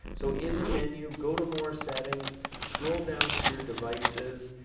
so in the menu, go to more settings, scroll down to your devices,